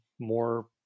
more